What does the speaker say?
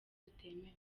butemewe